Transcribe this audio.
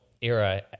era